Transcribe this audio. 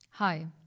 Hi